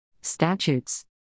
Statutes